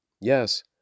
Yes